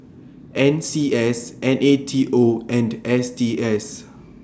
N C S N A T O and S T S